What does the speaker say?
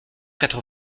quatre